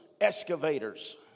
excavators